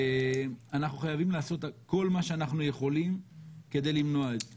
אנחנו חייבים לעשות כל מה שאנחנו יכולים כדי למנוע את זה.